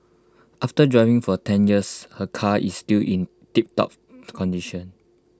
after driving for ten years her car is still in tiptop condition